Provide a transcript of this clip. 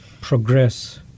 progress